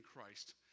Christ